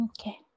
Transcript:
Okay